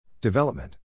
Development